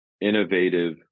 innovative